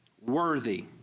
Worthy